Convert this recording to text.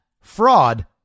fraud